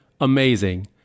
amazing